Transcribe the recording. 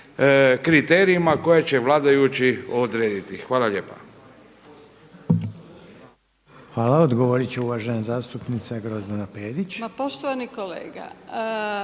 kriterijima koje će vladajući odrediti. Hvala lijepa.